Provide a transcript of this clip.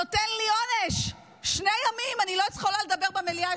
נותן לי עונש, שני ימים אני לא יכולה לדבר במליאה.